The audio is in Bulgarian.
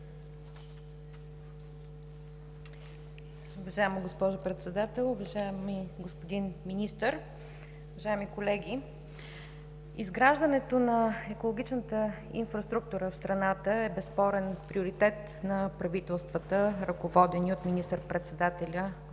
Уважаема госпожо Председател, уважаеми господин Министър, уважаеми колеги! Изграждането на екологичната инфраструктура в страната е безспорен приоритет на правителствата, ръководени от министър-председателя господин